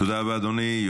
תודה רבה, אדוני.